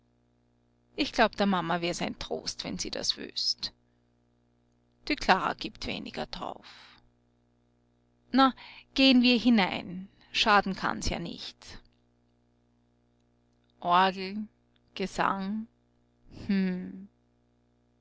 ich glaub der mama wär's ein trost wenn sie das wüßt die klara gibt weniger d'rauf na geh'n wir hinein schaden kann's ja nicht orgel gesang